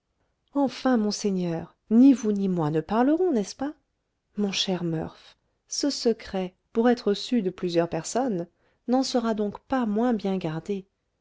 enfin monseigneur ni vous ni moi ne parlerons n'est-ce pas mon cher murph ce secret pour être su de plusieurs personnes n'en sera donc pas moins bien gardé